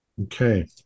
okay